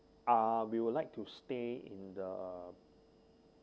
uh we would like to stay in the